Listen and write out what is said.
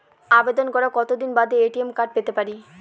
আবেদন করার কতদিন বাদে এ.টি.এম কার্ড পেতে পারি?